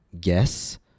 guess